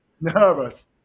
nervous